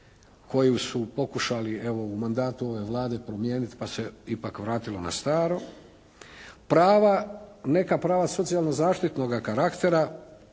koju su pokušali evo u mandatu ove Vlade promijeniti pa se ipak vratilo na staro. Prava, neka prava socijalno-zaštitnoga karaktera,